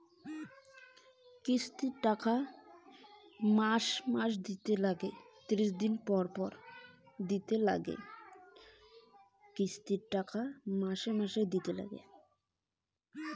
কিস্তির টাকা কতোদিন পর পর দিবার নাগিবে?